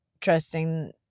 trusting